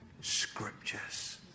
Scriptures